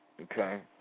Okay